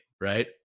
right